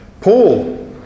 Paul